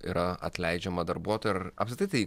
yra atleidžiama darbuotojų ir apskritai tai